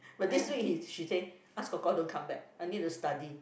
but this week he she said ask kor kor don't come back I need to study